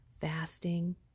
fasting